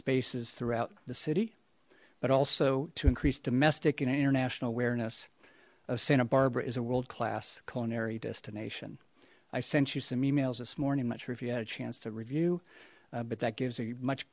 spaces throughout the city but also to increase domestic and international awareness of santa barbara is a world class culinary destination i sent you some emails this morning mature if you had a chance to review but that gives a much